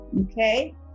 Okay